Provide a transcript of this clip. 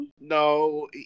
No